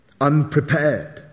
unprepared